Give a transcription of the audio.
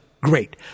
Great